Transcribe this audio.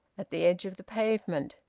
at the edge of the pavement.